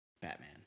batman